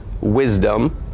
wisdom